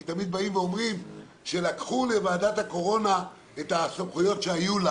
כי תמיד באים ואומרים שלקחו לוועדת הקורונה את הסמכויות שהיו לה